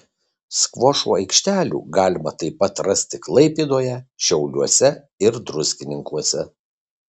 skvošo aikštelių galima taip pat rasti klaipėdoje šiauliuose ir druskininkuose